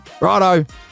Righto